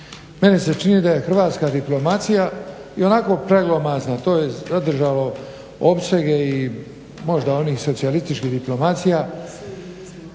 meni se čini da je hrvatska diplomacija ionako preglomazna, to je zadržalo opsege i možda onih socijalističkih diplomacija,